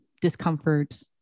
discomfort